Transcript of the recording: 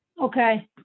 Okay